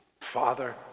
Father